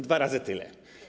Dwa razy tyle.